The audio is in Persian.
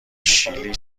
شیلی